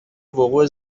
وقوع